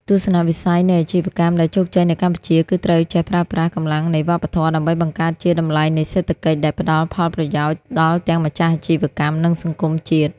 ទស្សនវិស័យនៃអាជីវកម្មដែលជោគជ័យនៅកម្ពុជា គឺត្រូវចេះប្រើប្រាស់ "កម្លាំងនៃវប្បធម៌" ដើម្បីបង្កើតជា "តម្លៃនៃសេដ្ឋកិច្ច" ដែលផ្តល់ផលប្រយោជន៍ដល់ទាំងម្ចាស់អាជីវកម្ម និងសង្គមជាតិ។